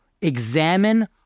Examine